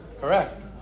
Correct